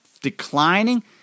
declining